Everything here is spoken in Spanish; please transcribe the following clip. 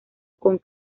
con